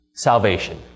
Salvation